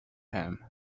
him